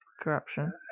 corruption